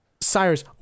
Cyrus